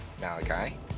Malachi